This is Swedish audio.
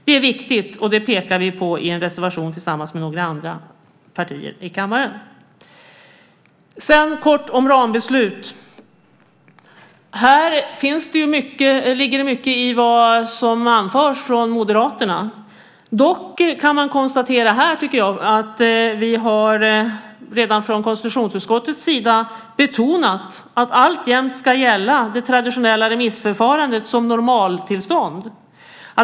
Det är viktigt, och det pekar vi på i en reservation tillsammans med några andra partier i kammaren. Jag vill säga något kort om rambeslut. Det ligger mycket i vad som anförs från Moderaterna. Dock kan man konstatera, tycker jag, att vi redan från konstitutionsutskottets sida har betonat att det traditionella remissförförandet alltjämt ska gälla som normaltillstånd.